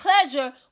pleasure